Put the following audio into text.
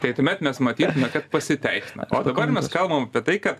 tai tuomet mes matytume kad pasiteisina o dabar mes kalbam apie tai kad